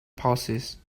pauses